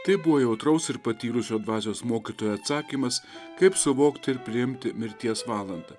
tai buvo jautraus ir patyrusio dvasios mokytojo atsakymas kaip suvokti ir priimti mirties valandą